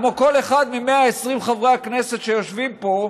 כמו כל אחד מ-120 חברי הכנסת שיושבים פה,